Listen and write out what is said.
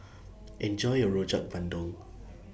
Enjoy your Rojak Bandung